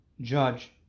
judge